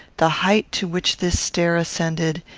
the height to which this stair ascended,